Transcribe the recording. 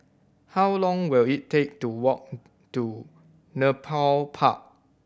how long will it take to walk to Nepal Park